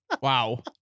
Wow